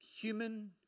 Human